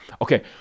Okay